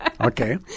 Okay